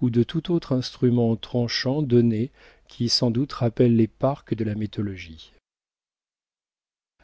ou de tout autre instrument tranchant donné qui sans doute rappelle les parques de la mythologie